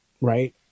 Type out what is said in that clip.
right